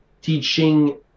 teaching